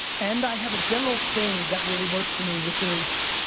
and i have a general thing that really works for me which is,